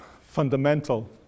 fundamental